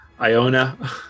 Iona